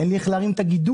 אין לי איך להרים את הגידול,